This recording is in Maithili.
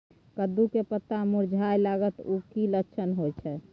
कद्दू के पत्ता मुरझाय लागल उ कि लक्षण होय छै?